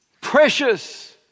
precious